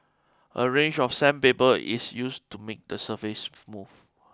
a range of sandpaper is used to make the surface smooth